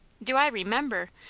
do i remember?